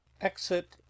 Exit